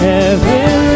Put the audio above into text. Heaven